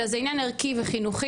אלא זה עניין ערכי וחינוכי,